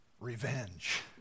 revenge